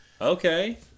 Okay